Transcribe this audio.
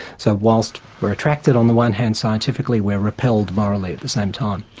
so, whilst we're attracted on the one hand scientifically we're repelled morally at the same time.